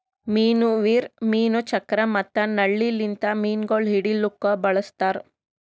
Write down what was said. ಮೀನು ವೀರ್, ಮೀನು ಚಕ್ರ ಮತ್ತ ನಳ್ಳಿ ಲಿಂತ್ ಮೀನುಗೊಳ್ ಹಿಡಿಲುಕ್ ಬಳಸ್ತಾರ್